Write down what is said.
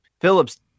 phillips